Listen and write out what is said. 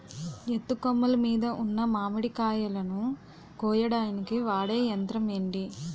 ఎత్తు కొమ్మలు మీద ఉన్న మామిడికాయలును కోయడానికి వాడే యంత్రం ఎంటి?